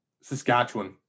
Saskatchewan